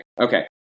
Okay